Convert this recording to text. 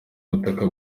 butaka